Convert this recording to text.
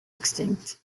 extinct